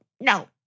No